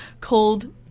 called